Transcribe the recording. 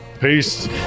Peace